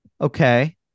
okay